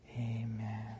Amen